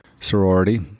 sorority